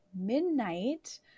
midnight